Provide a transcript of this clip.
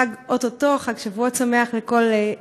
ואו-טו-טו חג שבועות שמח לכולנו.